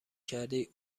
کردی